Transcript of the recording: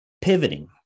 Pivoting